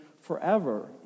forever